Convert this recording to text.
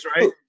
right